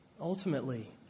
Ultimately